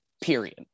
Period